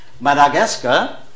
Madagascar